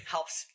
Helps